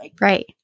Right